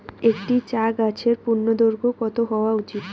একটি চা গাছের পূর্ণদৈর্ঘ্য কত হওয়া উচিৎ?